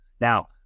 Now